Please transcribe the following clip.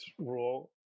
rule